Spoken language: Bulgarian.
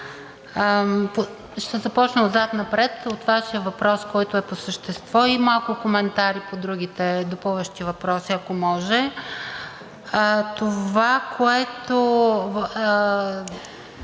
ще започна отзад напред, от Вашия въпрос, който е по същество, и малко коментари по другите допълващи въпроси, ако може. Това, което